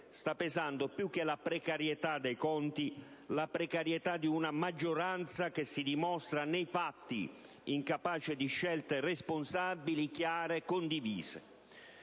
sta pesando, più che la precarietà dei conti, la precarietà di una maggioranza che si dimostra nei fatti incapace di scelte responsabili, chiare e condivise.